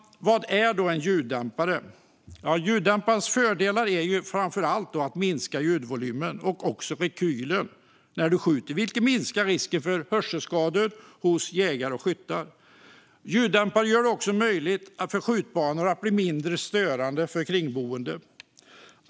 Vad är då en ljuddämpare? Ljuddämparens fördelar är framför allt att den minskar ljudvolymen och också rekylen när du skjuter, vilket minskar risken för hörselskador hos jägare och skyttar. Ljuddämpare gör också att skjutbanor blir mindre störande för kringboende.